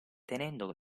tenendo